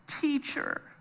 teacher